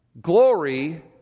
Glory